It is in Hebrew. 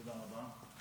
תודה רבה.